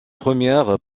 première